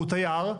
הוא תייר.